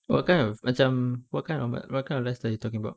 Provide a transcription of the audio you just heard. what kind of macam what kind of like what kind of lifestyle are you talking about